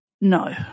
no